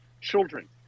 children